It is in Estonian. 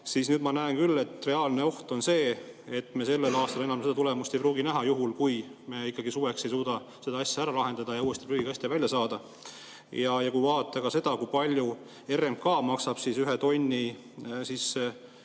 saanud. Ma näen küll, et reaalne oht on see, et me sellel aastal enam seda tulemust ei pruugi näha, juhul kui me ikkagi suveks ei suuda seda asja ära lahendada ja prügikaste uuesti välja saada. Kui vaadata ka seda, kui palju RMK maksab ühe tonni